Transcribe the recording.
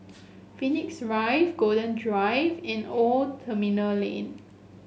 Phoenix Rise Golden Drive and Old Terminal Lane